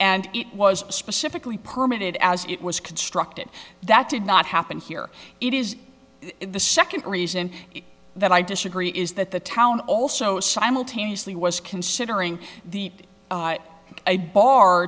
and it was specifically permeated as it was constructed that did not happen here it is the second reason that i disagree is that the town also simultaneously was considering the a bar